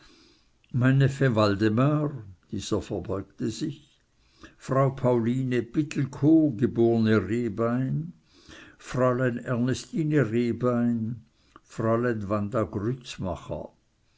waldemar dieser verbeugte sich frau pauline pittelkow geborene rehbein fräulein ernestine rehbein fräulein wanda